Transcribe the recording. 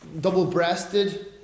double-breasted